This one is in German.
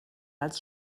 als